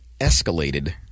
escalated